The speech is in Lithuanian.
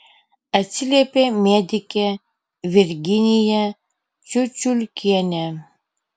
atsiliepė medikė virginija čiučiulkienė